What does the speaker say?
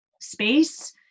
space